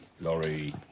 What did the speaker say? Lorry